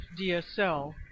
DSL